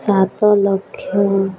ସାତ ଲକ୍ଷ